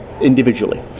individually